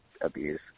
abuse